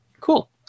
cool